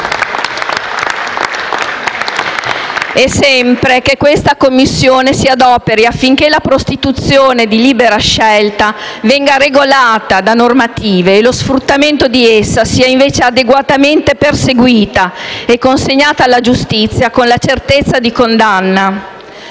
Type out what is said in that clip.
e FdI)*. Che questa Commissione dunque si adoperi affinché la prostituzione di libera scelta venga regolata da normative e lo sfruttamento di essa sia, invece, adeguatamente perseguito e consegnato alla giustizia con la certezza di condanna.